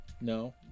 No